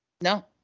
No